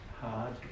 hard